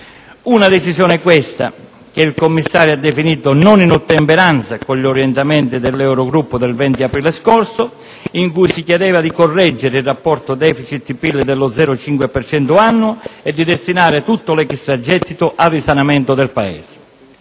una decisione che il Commissario ha definito «non in ottemperanza con gli orientamenti dell'Eurogruppo del 20 aprile» scorso, in cui si chiedeva di corregge il rapporto *deficit*-PIL dello 0,5 per cento annuo e di destinare tutto l'extragettito al risanamento del Paese.